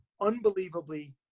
unbelievably